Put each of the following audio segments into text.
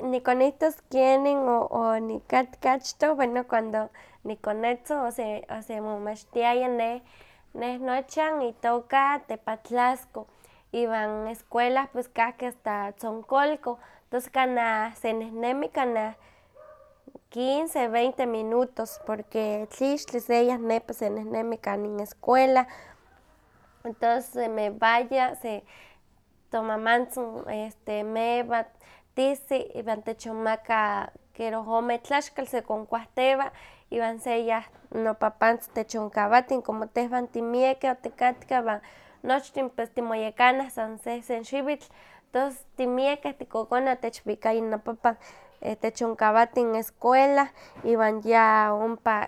Nikonihtos kenin onikatka achtoh bueno cuando nikonetzin ose- osemomachtiaya neh neh nochan itoka tepatlasco, iwan escuela pues kahki asta tzonkolko tos kanah senehnemi kanah quince, veinte minutos, porque tlixtli seyah nepa senehnemi kanin escuela, entos semewaya, tomamantzin mewa tisi, iwan techinmaka kera ohome tlaxkal sekonkuahtewa iwan seyah nopapantzin techonkawatin como tehwan timiekeh otikatkah iwan nochtin pues timoyekanah san sehsen xiwitl, tos timiakeh tikokoneh otechwikaya nopapan, techonkawatin escuela iwan ya ompa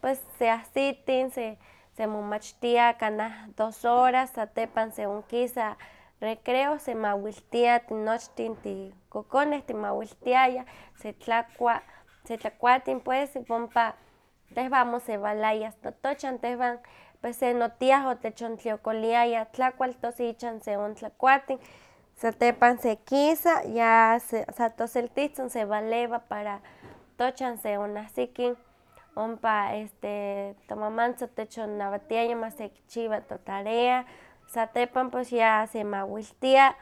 pues seahsitin se semomachtiah kanah dos horas iwan satepan se onkisa recreo semawiltia tinochtin tikokoneh, setlakua, setlakuatin pues ompa tehwan amo osewalaya asta tochan pues se notia otechontliokoliaya tlakual tos ichan seontlakuatin, satepan sekisa ya sa toseltihtzin sewalewa para tochan seahsikin, ompa tomamantzin otechnawatiaya ma sekichiwa totarea, satepan pues ya semawiltia,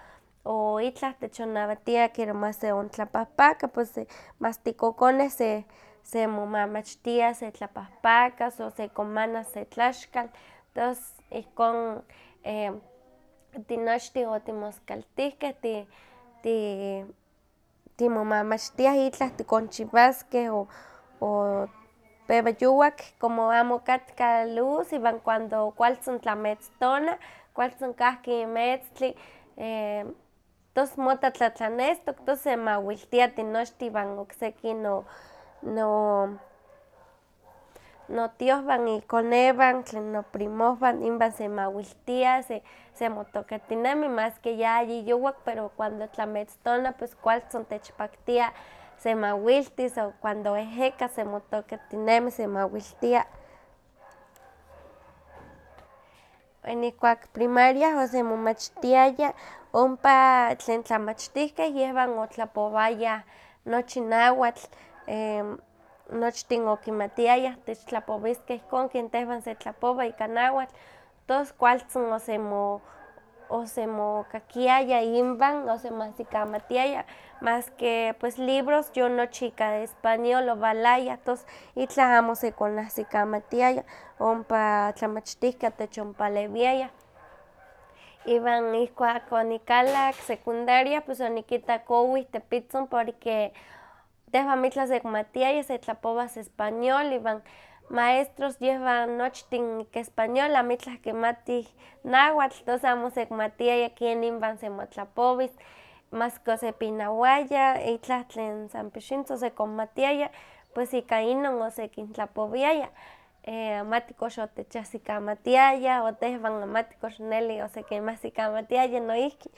o itlah techonnawatia kiera ma seontlapahpaka, pues mas tikokoneh se semomamachtiah setapahpakas o sekonmanas se tlaxkal, tos ihkon tinochtin otimoskaltihkeh, ti- timomamachtiah itlah tikonchiwaskeh, o- o pewa yuwak como amo okatka luz iwan como kualtzin tlametztona, kualtzin kahki meztli tos mota tlatalnestok, tos semawiltia tinochtin iwan okseki no- no- notiohwan ikonewan, tlen noprimohwan inwan semawiltia, semotokatinemi maski yayiyuwak pero cuando tlametztona pues kualtzin, techpaktia semawiltis, o cuando eheka semotokatinemi, semawiltia. bueno ihkuak primaria semomachtiaya ompa tlen tlamachtihkeh yehwan otlapowayah nochi nahuatl, nochtin okimatiayah techtlapowiskeh ihkon ken tehwan se tlapowa ika nahuatl, tos kualtzin osemo- osemokakiaya inwan osemoasikamatiaya, maske pues libros yon nochi ika español owalaya tos, itlah amo osekonasikamatiaya, ompa tlamachtihkeh otechonpalewiayah. Iwan ihkuak onikalak secundaria, pues onikitak owih tepitzin porque tehwan amitlah osekimatiaya setlapowas español iwan maestros yehwan nochtin ika español amitlah kimatih nahuatl tos amo osekimatiaya ken inwan semotlapowis, maske osepinawaya, itlah tlen san pixintzin osekonmatiaya, pues ika inon osekintlapowiaya, amati kox otechahsikamatiayah o tehwan amati kox neli osekinmahsikamatiaya noihki,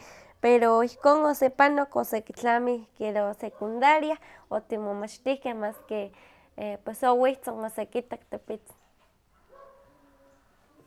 pero ihkon osepanok osekitlami kiera secundaria, otimomachtihkeh maski pues owihtzin osekitak tepitzin.